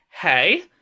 hey